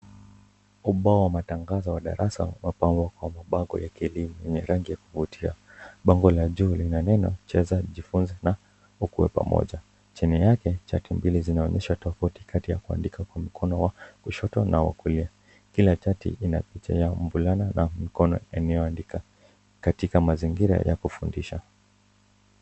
Ubao wa matangazo wa darasa umepangwa kwa mabango ya kielini yenye rangi ya kuvutia, bango la juu lina neno cheza jifunze na ukuwe pamoja. Chini yake chaki mbili zinaonyesha tofauti kati wa kuandika kwa mkono wa kushoto na wa kulia. Kila chati inapicha ya mfulana na mkono inaoandika, katika mazingira ya kufundisha.